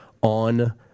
on